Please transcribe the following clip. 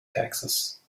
taxes